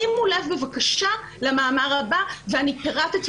שימו לב בבקשה למאמר הבא ואני פירטתי